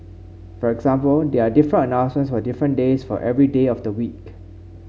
for example there are different announcements for different days for every day of the week